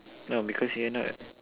no because you're not